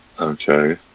Okay